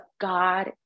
God